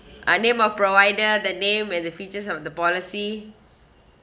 ah name of provider the name and the features of the policy